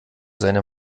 seine